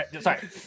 Sorry